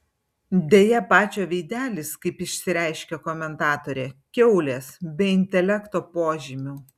deja pačio veidelis kaip išsireiškė komentatorė kiaulės be intelekto požymių